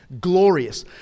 glorious